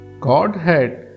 Godhead